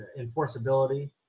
enforceability